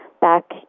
Back